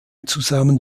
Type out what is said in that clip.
zusammen